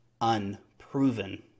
unproven